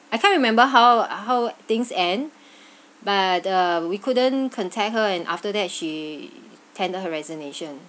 I can't remember how how things end but uh we couldn't contact her and after that she tendered her resignation